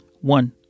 One